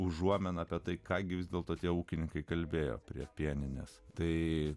užuominą apie tai ką gi vis dėlto tie ūkininkai kalbėjo prie pieninės tai